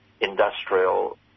industrial